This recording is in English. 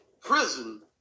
prison